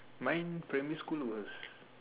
mine primary school was